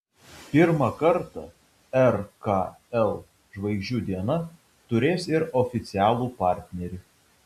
pirmą kartą rkl žvaigždžių diena turės ir oficialų partnerį